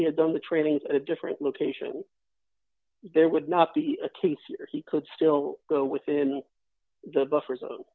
he had done the training for a different location there would not be he could still go within the buffer zone